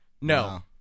No